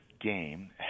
game